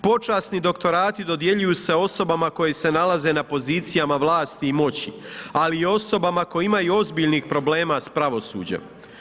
Počasni doktorati dodjeljuje se osobama koje se nalaze na pozicijama vlasti i moći ali i osobama koje imaju ozbiljnih problema sa pravosuđem.